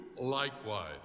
likewise